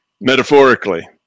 metaphorically